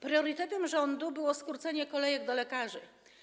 Priorytetem rządu było skrócenie kolejek do lekarzy.